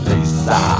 Lisa